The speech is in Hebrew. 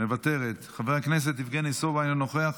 מוותרת, חבר הכנסת יבגני סובה, אינו נוכח,